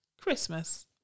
Christmas